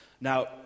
Now